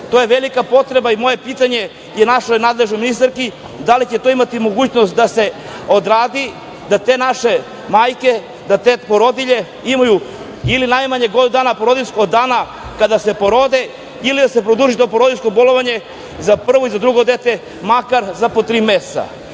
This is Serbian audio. je velika potreba i moje pitanje i našoj nadležnoj ministarki – da li će to imati mogućnost da se odradi, da te naše majke, da te porodilje imaju ili najmanje godinu dana porodiljsko od dana kada se porode ili da se produži to porodiljsko bolovanje za prvo i za drugo dete makar za po tri meseca. Još